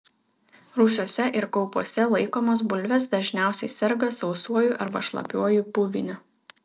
rūsiuose ir kaupuose laikomos bulvės dažniausiai serga sausuoju arba šlapiuoju puviniu